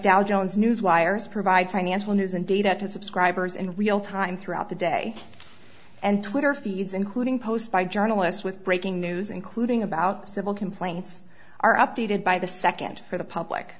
dow jones newswires provide financial news and data to subscribers in real time throughout the day and twitter feeds including posts by journalists with breaking news including about civil complaints are updated by the second for the public